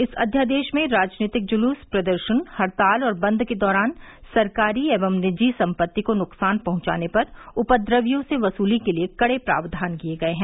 इस अध्यादेश में राजनीतिक जुलूस प्रदर्शन हड़ताल व बंद के दौरान सरकारी व निजी सम्पत्ति को नुकसान पहुंचाने पर उपद्रवियों से वसूली के लिए कड़े प्रावधान किये गये हैं